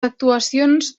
actuacions